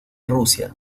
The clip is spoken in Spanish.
rusia